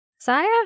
Saya